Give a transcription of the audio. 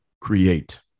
create